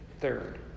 Third